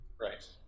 right